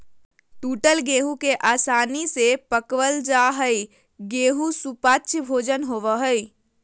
टूटल गेहूं के आसानी से पकवल जा हई गेहू सुपाच्य भोजन होवई हई